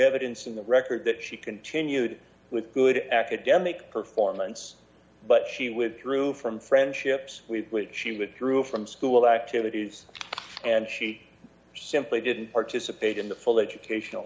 evidence in the record that she continued with good academic performance but she withdrew from friendships with which she withdrew from school activities and she simply didn't participate in the full educational